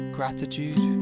Gratitude